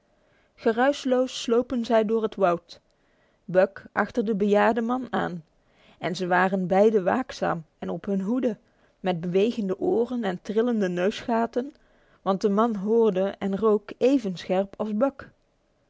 geruisloos slopen zij door het woud buck achter den behaarden man aan en ze waren beiden waakzaam en op hun hoede met bewegende oren en trillende neusgaten want de man hoorde en rook even scherp als buck